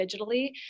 digitally